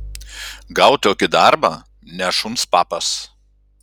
gaut tokį darbą ne šuns papas